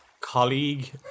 colleague